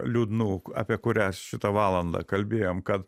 liūdnų apie kurias šitą valandą kalbėjom kad